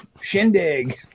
shindig